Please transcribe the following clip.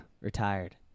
Retired